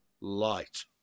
light